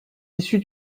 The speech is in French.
issu